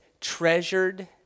treasured